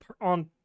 on